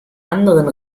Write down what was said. anderen